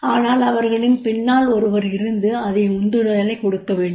ஆனால் அவர்களின் பின்னால் ஒருவர் இருந்து ஒரு உந்துதலைக் கொடுக்க வேண்டும்